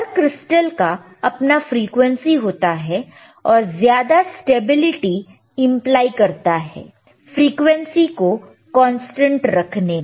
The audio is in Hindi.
हर क्रिस्टल का अपना फ्रीक्वेंसी होता है और ज्यादा स्टेबिलिटी इम्पलाई करता है फ्रीक्वेंसी को कांस्टेंट रखने में